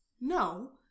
No